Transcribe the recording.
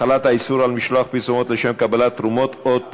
(החלת האיסור על משלוח פרסומת לשם קבלת תרומות או לתעמולה).